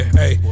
hey